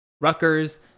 Rutgers